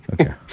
Okay